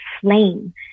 flame